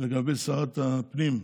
לגבי שרת הפנים,